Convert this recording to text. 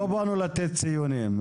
לא באנו לתת ציונים.